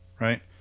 right